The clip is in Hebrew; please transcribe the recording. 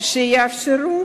שיאפשרו